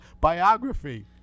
biography